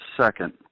second